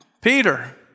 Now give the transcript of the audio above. Peter